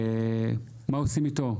מה עושים איתו?